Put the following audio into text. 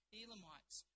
Elamites